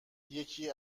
یکی